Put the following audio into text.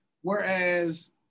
whereas